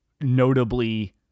notably